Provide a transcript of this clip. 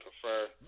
prefer